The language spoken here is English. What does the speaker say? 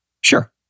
sure